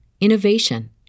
innovation